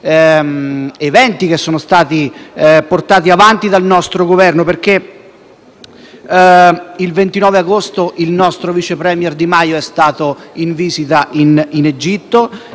eventi che sono stati portati avanti dal nostro Governo. Il 29 agosto il nostro vice *premier* Di Maio è stato in visita in Egitto.